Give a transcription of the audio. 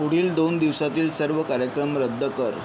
पुढील दोन दिवसातील सर्व कार्यक्रम रद्द कर